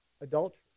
adultery